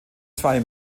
zwei